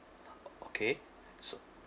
okay so